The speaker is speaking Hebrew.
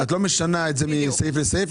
את לא משנה את זה מסעיף לסעיף.